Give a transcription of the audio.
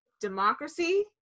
democracy